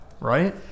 Right